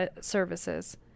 Services